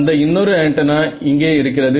அந்த இன்னொரு ஆண்டனா இங்கே இருக்கிறது